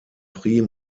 prix